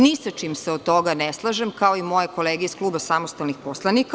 Ni sa čim se od toga ne slažem, kao i moje kolege iz Kluba samostalnih poslanika.